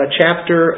chapter